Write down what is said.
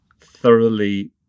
thoroughly